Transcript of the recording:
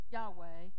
Yahweh